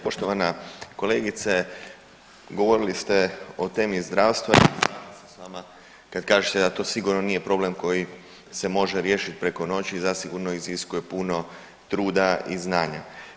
Poštovana kolegice, govorili ste o temi zdravstva i slažem se s vama kad kažete da to sigurno nije problem koji se može riješit preko noći zasigurno iziskuje puno truda i znanja.